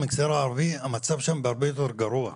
מגזר הערבי המצב שם בהרבה יותר גרוע.